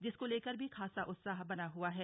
जिसको लेकर भी खासा उत्साह बना हुआ है